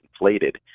inflated